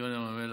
זיכיון ים המלח.